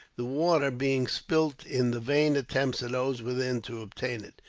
the water being spilt in the vain attempts of those within to obtain it.